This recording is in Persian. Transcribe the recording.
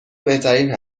بهترین